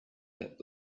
that